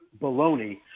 baloney